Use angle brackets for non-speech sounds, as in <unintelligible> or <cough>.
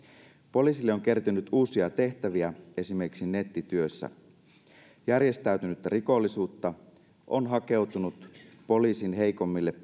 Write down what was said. poliisille on kertynyt uusia tehtäviä esimerkiksi nettityössä järjestäytynyttä rikollisuutta on hakeutunut poliisin heikommille <unintelligible>